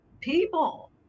people